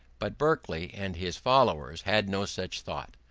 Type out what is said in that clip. but berkeley and his followers had no such thought.